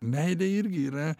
meilė irgi yra